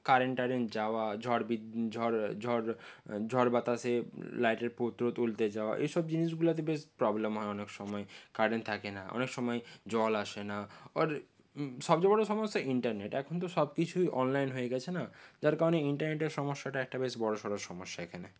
current টারেন্ট যাওয়া ঝড় ঝড় ঝড় ঝড় বাতাসে লাইটের তুলতে যাওয়া এইসব জিনিসগুলোতে বেশ প্রবলেম হয় অনেক সময়ই কারেন্ট থাকে না অনেক সময় জল আসে না আর সবচেয়ে বড় সমস্যা ইন্টারনেট এখন তো সব কিছুই অনলাইন হয়ে গেছে না যার কারণে ইন্টারনেটের সমস্যাটা একটা বেশ বড়সড় সমস্যা এখানে